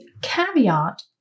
caveat